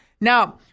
Now